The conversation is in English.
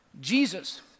Jesus